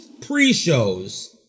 pre-shows